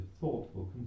thoughtful